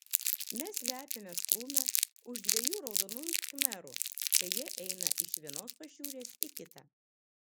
mes slepiamės krūme už dviejų raudonųjų khmerų kai jie eina iš vienos pašiūrės į kitą